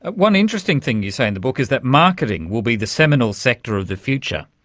one interesting thing you say in the book is that marketing will be the seminal sector of the future.